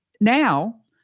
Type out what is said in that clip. Now